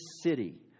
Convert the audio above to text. city